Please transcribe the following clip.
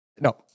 No